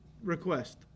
request